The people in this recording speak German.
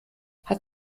hat